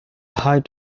height